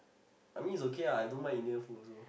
I mean it's okay lah I don't mind Indian food also